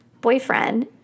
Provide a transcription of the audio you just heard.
boyfriend